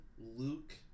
luke